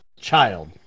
child